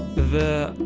the.